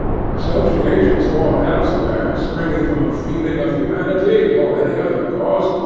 associations formed elsewhere, springing from a feeling of humanity, or any other cause,